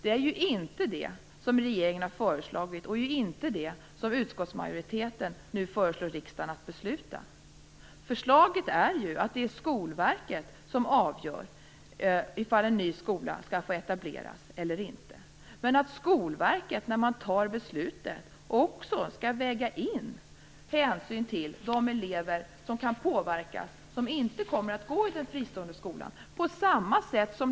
Det är inte det som regeringen har föreslagit och som utskottsmajoriteten nu föreslår riksdagen att besluta. Förslaget är ju att det är Skolverket som avgör om en ny skola skall få etableras eller inte. Men när man fattar beslutet skall Skolverket också väga in hänsyn till de elever som kan påverkas men som inte kommer att gå i den fristående skolan.